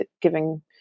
giving